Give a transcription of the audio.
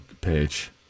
page